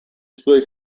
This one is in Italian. suoi